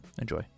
enjoy